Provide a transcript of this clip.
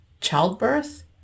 childbirth